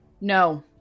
No